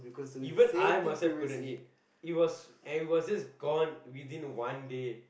even I myself couldn't eat it was and it was just gone within one day